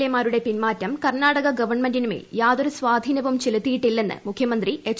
A മാരുടെ പിന്മാറ്റം കർണാടക ഗവൺമെന്റിനുമേൽ യാതൊരു സ്വാധീനവും ചെലുത്തിയിട്ടില്ലെന്ന് മുഖ്യമന്ത്രി എച്ച്